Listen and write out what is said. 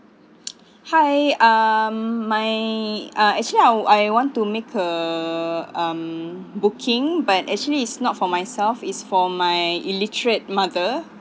hi um my uh actually I I want a make a um booking but actually it's not for myself it's for my illiterate mother